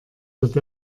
wird